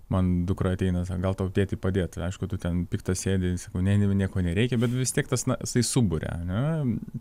man dukra ateina gal tau tėti padėt aišku tu ten piktas sėdi sakau ne nieko nereikia bet vis tiek tas na jisai suburia ar ne